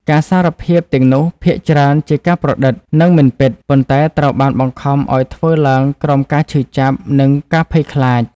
ការសារភាពទាំងនោះភាគច្រើនជាការប្រឌិត និងមិនពិត ប៉ុន្តែត្រូវបានបង្ខំឱ្យធ្វើឡើងក្រោមការឈឺចាប់ និងការភ័យខ្លាច។